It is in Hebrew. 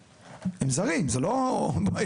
הם זרים הם לא ישראלים,